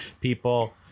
People